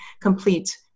complete